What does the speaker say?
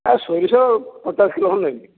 ଆଉ ସୋରିଷ ପଚାଶ କିଲୋ ଖଣ୍ଡେ ନେବି